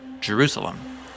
Jerusalem